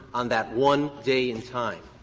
on that one day in time.